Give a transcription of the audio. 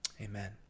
amen